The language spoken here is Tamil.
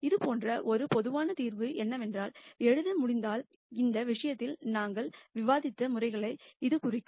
இது போன்ற ஒரு பொதுவான தீர்வை என்னால் எழுத முடிந்தால் இந்த விரிவுரையில் நாங்கள் விவாதித்த முறைகளை இது குறைக்கும்